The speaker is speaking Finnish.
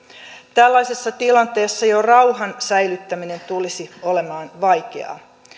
tällaisessa tilanteessa jo rauhan säilyttäminen tulisi olemaan vaikeaa